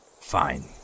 fine